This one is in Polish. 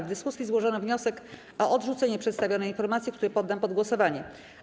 W dyskusji złożono wniosek o odrzucenie przedstawionej informacji, który poddam pod głosowanie.